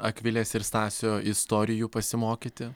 akvilės ir stasio istorijų pasimokyti